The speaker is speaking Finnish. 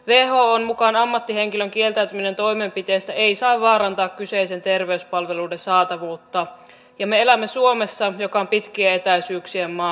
whon mukaan ammattihenkilön kieltäytyminen toimenpiteestä ei saa vaarantaa kyseisten terveyspalveluiden saatavuutta ja me elämme suomessa joka on pitkien etäisyyksien maa